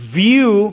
view